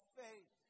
faith